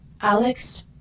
Alex